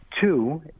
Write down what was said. Two